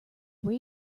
where